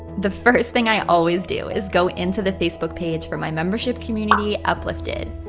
the first thing i always do is go in to the facebook page for my membership community, uplifted.